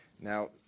Now